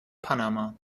panama